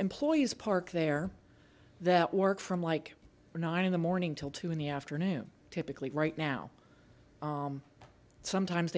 employees parked there that work from like nine in the morning till two in the afternoon typically right now sometimes they